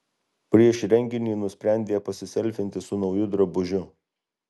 prieš renginį nusprendė pasiselfinti su nauju drabužiu